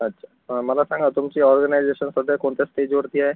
अच्छा मला सांगा तुमची ऑर्गनायझेशन सध्या कोणत्या स्टेजवरती आहे